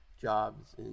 jobs